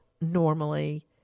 normally